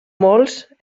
molts